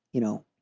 you know,